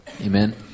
Amen